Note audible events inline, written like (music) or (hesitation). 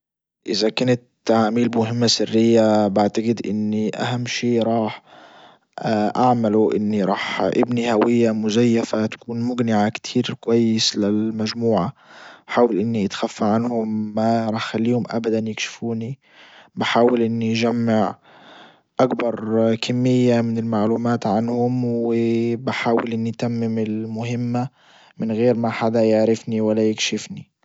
ازا كنت عميل مهمة سرية بعتجد ان اهم شيء راح (hesitation) اعمله اني راح ابني هوية مزيفة تكون مجنعة كتير كويس للمجموعة حاول اني اتخفى عنهم ما راح اخليهم ابدا يكشفوني. بحاول اني اجمع اكبر كمية من المعلومات عنهم وبحاول اني اتمم المهمة من غير ما حدا يعرفني ولا يكشفني.